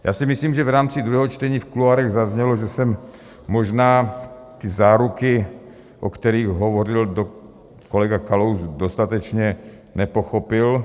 Já si myslím, že v rámci druhého čtení v kuloárech zaznělo, že jsem možná ty záruky, o kterých hovořil kolega Kalous, dostatečně nepochopil.